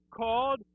called